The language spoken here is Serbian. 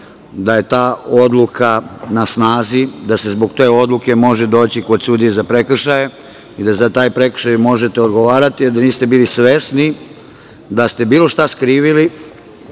da je ta odluka na snazi, da se zbog te odluke može doći kod sudije za prekršaje i da za taj prekršaj možete odgovarati a da niste bili svesni da ste bilo šta skrivili